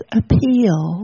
appeal